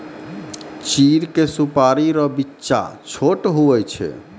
चीड़ के सुपाड़ी रो बिच्चा छोट हुवै छै